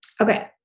Okay